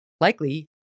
likely